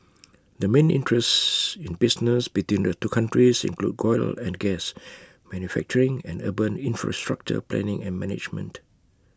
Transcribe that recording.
the main interests in business between the two countries include oil and gas manufacturing and urban infrastructure planning and management